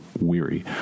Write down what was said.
weary